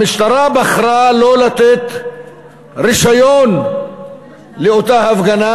המשטרה בחרה שלא לתת רישיון לאותה הפגנה,